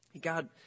God